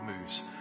moves